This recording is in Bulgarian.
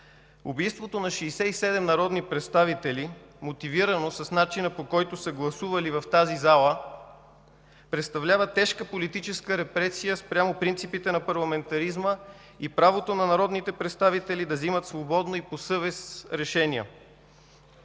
убийството на 67 народни представители – мотивирано, с начина по който са гласували в тази зала, представлява тежка политическа репресия спрямо принципите на парламентаризма и правото на народните представители да взимат свободно и по съвест решения.